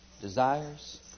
desires